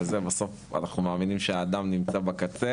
בסוף אנחנו מאמינים שהאדם נמצא בקצה.